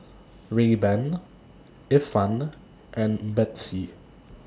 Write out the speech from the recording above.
Rayban Ifan and Betsy